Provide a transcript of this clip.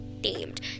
themed